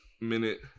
minute